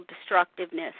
destructiveness